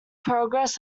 progress